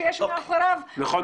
שיש מאחוריו --- נכון.